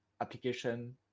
application